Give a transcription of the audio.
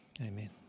Amen